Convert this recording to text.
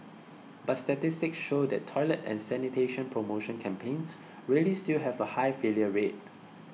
but statistics show that toilet and sanitation promotion campaigns really still have a high failure rate